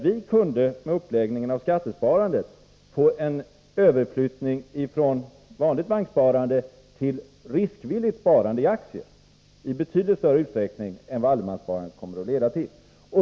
Vi kunde med vår uppläggning av skattesparandet få en överflyttning från vanligt banksparande till riskvilligt sparande i aktier i betydligt större utsträckning än vad allemanssparandet kommer att leda till.